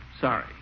Sorry